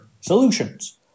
solutions